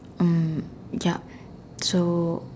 mm yup so